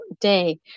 day